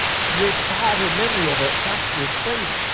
your childhood memory of a prosperous place,